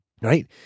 right